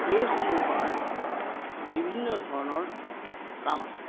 এইসমূহৰ বিভিন্ন ধৰণৰ কাম আছে